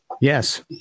Yes